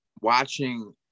watching